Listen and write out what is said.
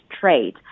trade